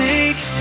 Take